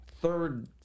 third